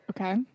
Okay